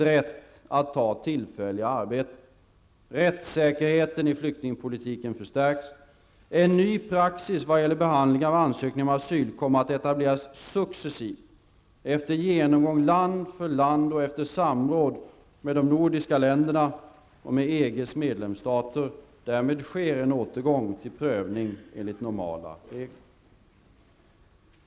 Rättssäkerheten i flyktingpolitiken förstärks. En ny praxis vad gäller behandling av ansökningar om asyl kommer att etableras successivt efter genomgång land för land och efter samråd med de nordiska länderna och med EGs medlemsstater. Därmed sker en återgång till prövning enligt normala regler.